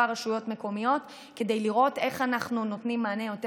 רשויות מקומיות כדי לראות איך אנחנו נותנים מענה יותר